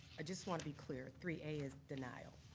i just want to be clear, three a is denial.